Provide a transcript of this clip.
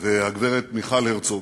והגברת מיכל הרצוג,